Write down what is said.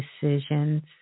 decisions